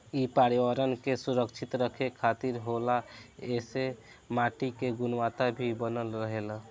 इ पर्यावरण के सुरक्षित रखे खातिर होला ऐइसे माटी के गुणवता भी बनल रहेला